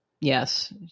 Yes